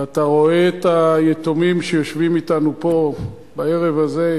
ואתה רואה את היתומים שיושבים פה אתנו בערב הזה,